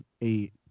eight